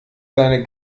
seine